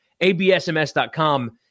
ABSMS.com